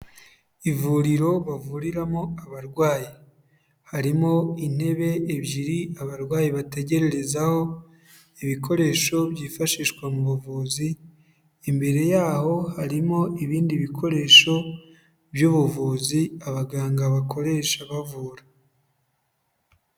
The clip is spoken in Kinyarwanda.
Ivuriro bavuriramo abarwayi, harimo intebe ebyiri, abarwayi bategerezaho, ibikoresho byifashishwa mu buvuzi, imbere yaho harimo ibindi bikoresho by'ubuvuzi, abaganga bakoresha bavura.